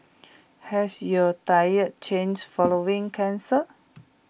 has your diet changed following cancer